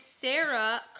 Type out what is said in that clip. Sarah